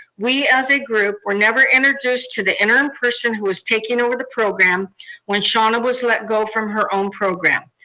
we as a group were never introduced to the interim person who was taking over the program when shauna was let go from her own program.